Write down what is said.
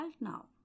now